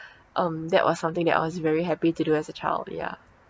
um that was something that I was very happy to do as a child ya